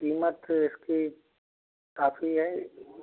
कीमत उसकी काफ़ी है